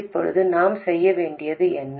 இப்போது நாம் செய்ய வேண்டியது என்ன